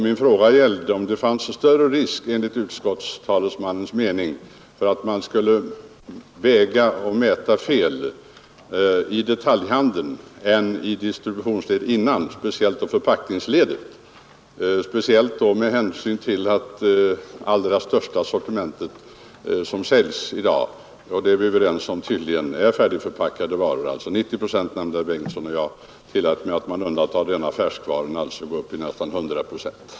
Min fråga gällde om det enligt utskottstalesmannens mening finns större risk för att man skulle väga och mäta fel i detaljhandeln än i distributionsledet dessförinnan, speciellt i förpackningsledet. Den allra största delen av det sortiment som säljs i dag — det är vi tydligen överens om — är ju färdigförpackade varor, 90 procent nämnde herr Bengtsson, och jag tillät mig att, med undantag för färskvarorna, gå upp i nästan 100 procent.